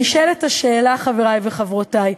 נשאלת השאלה, חברי וחברותי: